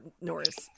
Norris